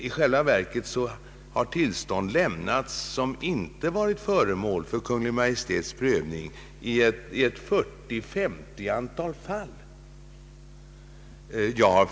I själva verket har tillstånd lämnats i ett 40—50-tal fall vilka inte varit föremål för Kungl. Maj:ts prövning.